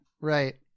right